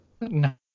No